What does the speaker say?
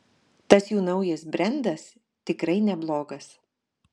tas jų naujas brendas tikrai neblogas